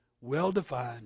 well-defined